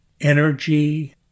energy